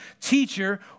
teacher